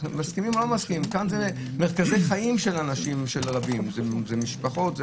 פה זה מרכזי חיים של אנשים, זה משפחות.